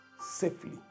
Safely